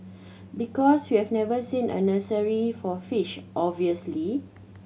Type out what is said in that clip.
because we've never seen a nursery for fish obviously